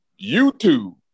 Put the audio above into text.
YouTube